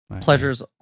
pleasure's